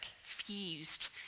fused